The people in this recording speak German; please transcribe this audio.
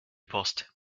post